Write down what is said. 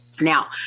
Now